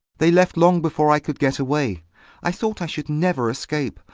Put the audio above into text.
they left long before i could get away i thought i should never escape.